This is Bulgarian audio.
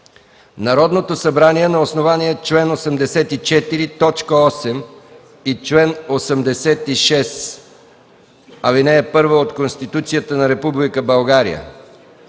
Народното събрание на основание чл. 84, т. 8 и чл. 86, ал. 1 от Конституцията на Република България,